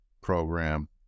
program